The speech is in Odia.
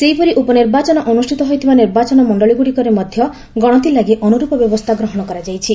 ସେହିପରି ଉପନିର୍ବାଚନ ଅନୁଷ୍ଠିତ ହୋଇଥିବା ନିର୍ବାଚନ ମଣ୍ଡଳୀଗୁଡିକରେ ମଧ୍ୟ ଗଶତି ଲାଗି ଅନୁରୂପ ବ୍ୟବସ୍ଥା ଗ୍ରହଣ କରାଯାଇଛି